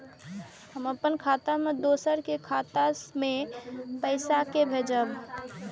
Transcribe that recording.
हम अपन खाता से दोसर के खाता मे पैसा के भेजब?